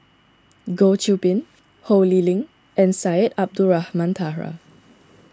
Goh Qiu Bin Ho Lee Ling and Syed Abdulrahman Taha